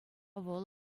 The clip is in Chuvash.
вӑл